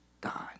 God